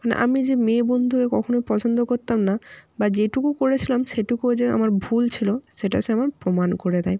মানে আমি যে মেয়ে বন্ধুকে কখনো পছন্দ করতাম না বা যেটুকু করেছিলাম সেটুকুও যে আমার ভুল ছিলো সেটা সে আমার প্রমাণ করে দেয়